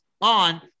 on